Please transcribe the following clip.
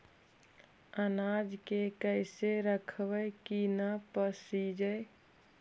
अनाज के कैसे रखबै कि न पसिजै?